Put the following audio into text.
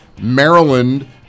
Maryland